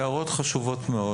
הערות חשובות מאוד.